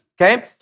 Okay